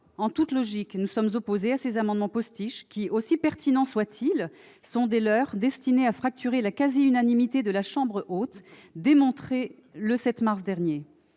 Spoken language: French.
en toute logique, nous sommes opposés à ces amendements-postiches, qui, aussi pertinents soient-ils, sont des leurres destinés à fracturer la quasi-unanimité de la Chambre haute, démontrée le 7 mars dernier.